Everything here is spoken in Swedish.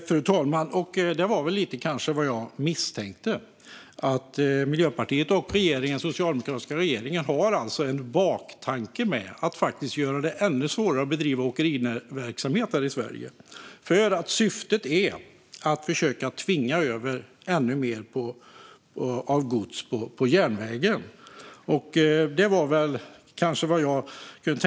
Fru talman! Det här var lite grann vad jag misstänkte. Miljöpartiet och den socialdemokratiska regeringen har alltså en baktanke med att göra det ännu svårare att bedriva åkeriverksamhet här i Sverige. Syftet är att försöka tvinga över ännu mer gods till järnvägen. Det var väl vad jag trodde.